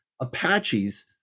Apaches